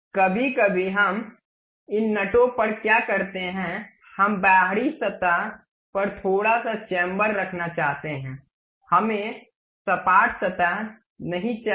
कभी कभी हम इन नटों पर क्या करते हैं हम बाहरी सतह पर थोड़ा सा चैंबर रखना चाहते हैं हमें सपाट सतह नहीं चाहिए